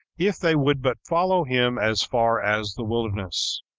if they would but follow him as far as the wilderness.